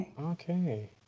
Okay